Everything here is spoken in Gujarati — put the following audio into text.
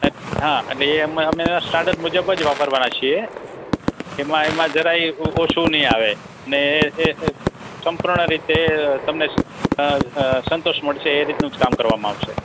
એ હા એટલે એ અમે અમે સ્ટાન્ડર્ડ મુજબ જ વાપરવાના છીએ એમાં એમાં જરાય ઓછું નહીં આવે ને એ એ સંપૂર્ણ રીતે તમને સંતોષ મળશે એ રીતનું જ કામ કરવામાં આવશે